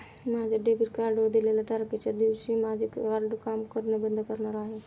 माझ्या डेबिट कार्डवर दिलेल्या तारखेच्या दिवशी माझे कार्ड काम करणे बंद करणार आहे